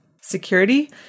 security